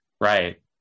Right